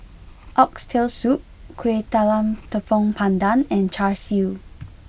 Oxtail Soup Kueh Talam Tepong Pandan and Char Siu